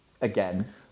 again